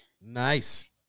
nice